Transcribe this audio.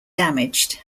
damaged